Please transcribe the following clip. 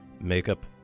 makeup